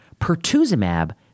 pertuzumab